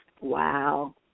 Wow